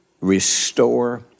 restore